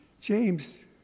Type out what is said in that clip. James